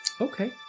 Okay